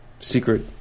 secret